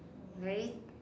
red